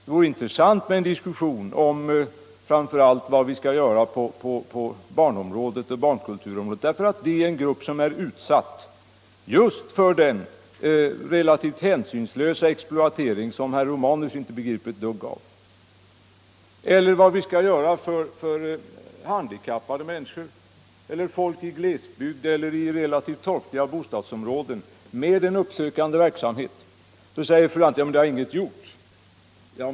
Det vore intressant med en diskussion framför allt om vad vi skall göra på barnkulturområdet. Barnen är en grupp som är utsatt för den relativt hänsynslösa exploatering som herr Romanus inte förstått ett dugg av. Det vore också intressant med en diskussion om vad vi skall göra för handikappade människor, för folk i glesbygd eller i relativt torftiga bostadsområden med en uppsökande verksamhet. Fru Lantz säger att ingenting har gjorts.